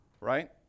right